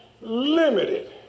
limited